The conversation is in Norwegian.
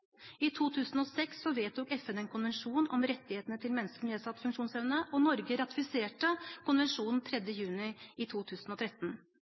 I 2006 vedtok FN en konvensjon om rettighetene til mennesker med nedsatt funksjonsevne, og Norge ratifiserte konvensjonen den 3. juni 2013. I